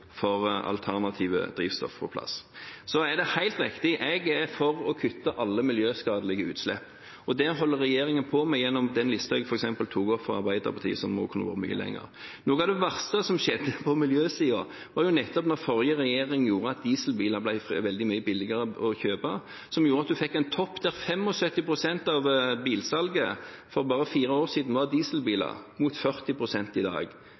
for alternative drivstoff på plass. Så er det helt riktig – jeg er for å kutte alle miljøskadelige utslipp. Det holder regjeringen på med gjennom den listen jeg tok opp fra Arbeiderpartiet som også kunne vært mye lengre. Noe av det verste som har skjedd på miljøsiden, var da forrige regjering gjorde at dieselbiler ble veldig mye billigere å kjøpe. Det gjorde at man fikk en topp der 75 pst av bilsalget for bare fire år siden var dieselbiler mot 40 pst. i dag,